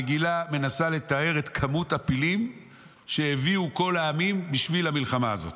המגילה מנסה לתאר את כמות הפילים שהביאו כל העמים בשביל המלחמה הזאת.